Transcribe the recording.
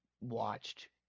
watched